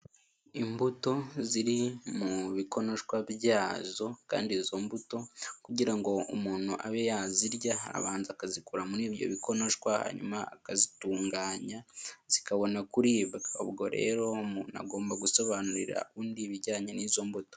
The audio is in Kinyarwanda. Imbuto ziri mu bikonoshwa byazo kandi izo mbuto kugira ngo umuntu abe yazirya abanza akazikura muri ibyo bikonoshwa hanyuma akazitunganya zikabona kuribwa, ubwo rero umuntu agomba gusobanurira undi ibijyanye n'izo mbuto.